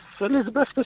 Elizabeth